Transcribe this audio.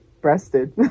breasted